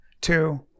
two